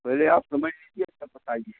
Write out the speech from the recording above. पहले आप समय लीजिए तब बताइए